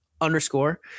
underscore